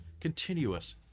Continuous